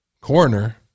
coroner